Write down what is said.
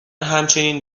همچنین